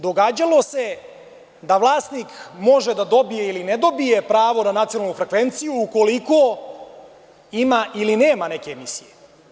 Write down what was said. Događalo se da vlasnik može da dobije ili ne dobije pravo na nacionalnu frekvenciju ukoliko ima ili nema neke emisije.